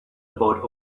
about